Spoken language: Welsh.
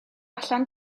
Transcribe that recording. allan